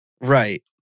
Right